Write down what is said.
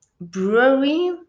brewery